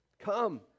come